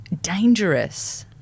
dangerous